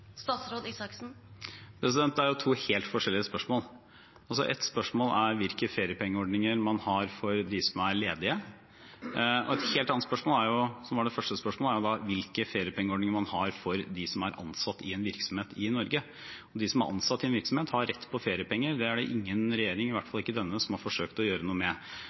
Det er jo to helt forskjellige spørsmål. Ett spørsmål er hvilke feriepengeordninger man har for dem som er ledige. Et helt annet spørsmål er – som var det første spørsmålet – hvilke feriepengeordninger man har for dem som er ansatt i en virksomhet i Norge. De som er ansatt i en virksomhet, har rett på feriepenger. Det er det ingen regjering – i hvert fall ikke denne – som har forsøkt å gjøre noe med.